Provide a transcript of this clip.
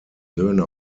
söhne